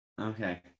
Okay